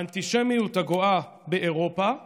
האנטישמיות הגואה, באירופה בעיקר,